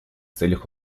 целях